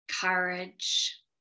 courage